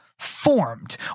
formed